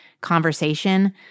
conversation